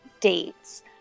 dates